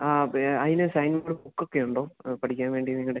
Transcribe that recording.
ആ അതിന് സൈൻ ബുക്കൊക്കെയുണ്ടോ പഠിക്കാൻ വേണ്ടി നിങ്ങളുടെ